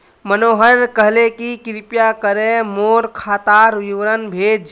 मनोहर कहले कि कृपया करे मोर खातार विवरण भेज